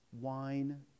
wine